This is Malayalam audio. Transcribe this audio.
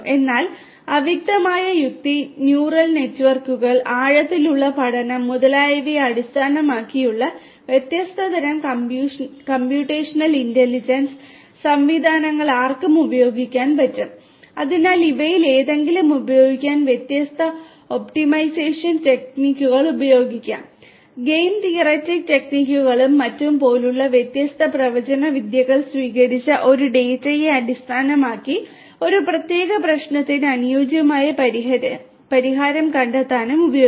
എന്നാൽ അവ്യക്തമായ യുക്തി ന്യൂറൽ നെറ്റ്വർക്കുകൾ മറ്റും പോലുള്ള വ്യത്യസ്ത പ്രവചന വിദ്യകൾ സ്വീകരിച്ച ഡാറ്റയെ അടിസ്ഥാനമാക്കി ഒരു പ്രത്യേക പ്രശ്നത്തിന് അനുയോജ്യമായ പരിഹാരം കണ്ടെത്താനും ഉപയോഗിക്കാം